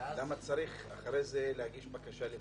למה צריך אחרי זה להגיש בקשה לבטל?